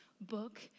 book